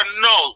no